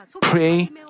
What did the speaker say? pray